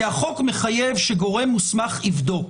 כי החוק מחייב שגורם מוסמך יבדוק.